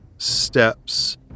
steps